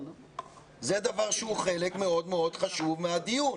זה דבר שהוא חלק מאוד מאוד חשוב מהדיון.